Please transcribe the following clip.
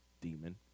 demon